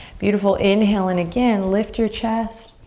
beautiful inhale, and again lift your chest.